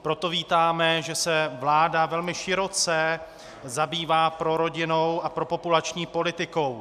Proto vítáme, že se vláda velmi široce zabývá prorodinnou a propopulační politikou.